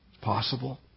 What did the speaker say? Possible